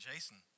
Jason